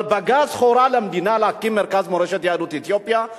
אבל בג"ץ הורה למדינה להקים מרכז מורשת יהדות אתיופיה,